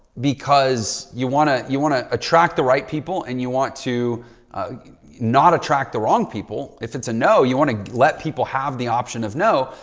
because you want to, you want to attract the right people and you want to not attract attract the wrong people. if it's a no, you want to let people have the option of no,